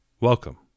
Welcome